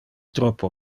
troppo